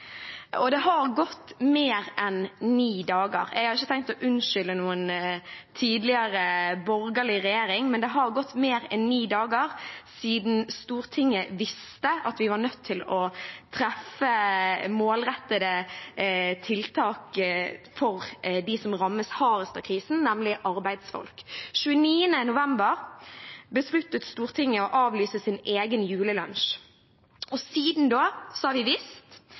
Det har gått mer enn ni dager. Jeg har ikke tenkt å unnskylde noen tidligere borgerlig regjering, men det har gått mer enn ni dager siden Stortinget visste at vi var nødt til å treffe målrettede tiltak for dem som rammes hardest av krisen, nemlig arbeidsfolk. Den 29. november besluttet Stortinget å avlyse sin egen julelunsj. Siden da har vi visst